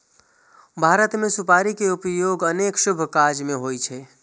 भारत मे सुपारी के उपयोग अनेक शुभ काज मे होइ छै